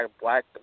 black